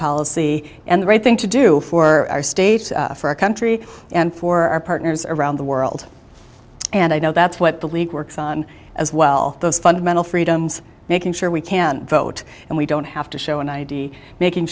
policy and the right thing to do for our state for our country and for our partners around the world and i know that's what the league works on as well those fundamental freedoms making sure we can vote and we don't have to show an i d making